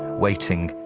waiting.